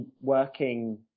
working